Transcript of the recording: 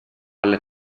alle